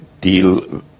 deal